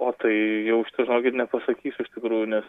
o tai jau šito žinokit nepasakysiu iš tikrųjų nes